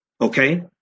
okay